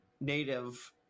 Native